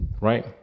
right